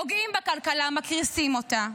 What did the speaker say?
פוגעים בכלכלה, מקריסים אותה.